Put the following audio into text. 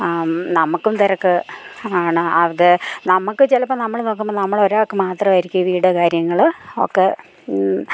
നമുക്കും തിരക്ക് ആണ് അത് നമുക്ക് ചിലപ്പോൾ നമ്മൾ നോക്കുമ്പോൾ നമ്മളൊരാൾക്ക് മാത്രമായിരിക്കും വീട് കാര്യങ്ങൾ ഒക്കെ